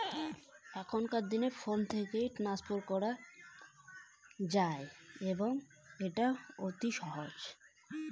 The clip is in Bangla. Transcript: এখনকার দিনে ফোন থেকে টাকা ট্রান্সফার করা নির্বিঘ্ন এবং নির্ঝঞ্ঝাট